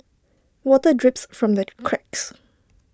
water drips from the cracks